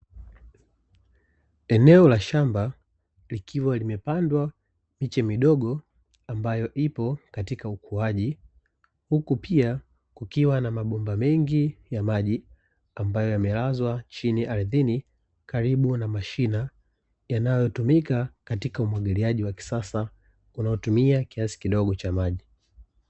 Eneo la shamba likiwa limepandwa miche midogo ambayo ipo katika ukuaji, huku pia kukiwa na mabomba mengi ya maji ambayo yamelazwa chini ardhini karibu na mashina, yanayotumika katika umwagiliaji wa kisasa unaotumia kiasi kidogo cha maji.